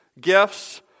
gifts